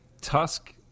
Tusk